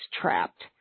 trapped